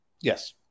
Yes